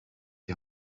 die